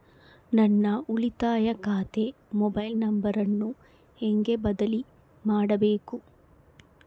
ನನ್ನ ಉಳಿತಾಯ ಖಾತೆ ಮೊಬೈಲ್ ನಂಬರನ್ನು ಹೆಂಗ ಬದಲಿ ಮಾಡಬೇಕು?